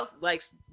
likes